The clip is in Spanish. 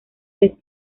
les